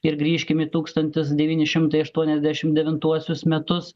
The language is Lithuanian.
ir grįžkime į tūkstantis devyni šimtai aštuoniasdešim devintuosius metus